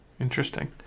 interesting